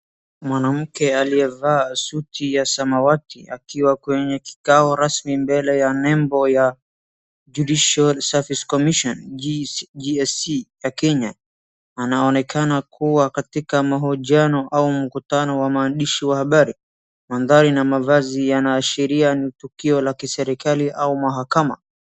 Mwanamke aliyevaa suti ya samawati akiwa kwenye kika rasmi mbele ya nembo ya Judicial Service Comission JSC ya Kenya, anaonekana kua katika mahojiano au mkutano wa waandishi wa habari, maandhari na mavazi yanaashiria ni tukio la kiserikali au mahakama.